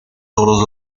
todos